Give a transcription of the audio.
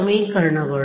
ಸಮೀಕರಣಗಳು